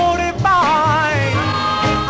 divine